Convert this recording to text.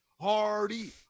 hardy